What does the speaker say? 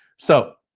so,